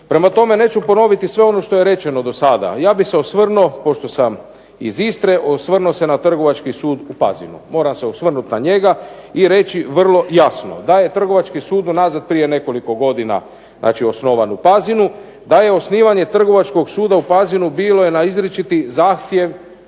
Prema tome neću ponoviti sve ono što je rečeno do sada, a ja bih se osvrnuo, pošto sam iz Istre, osvrnuo se na Trgovački sud u Pazinu. Moram se osvrnuti na njega i reći vrlo jasno da je Trgovački sud unazad prije nekoliko godina znači osnovan u Pazinu, da je osnivanje Trgovačkog suda u Pazinu bilo na izričiti zahtjev,